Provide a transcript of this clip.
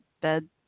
bed